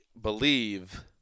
believe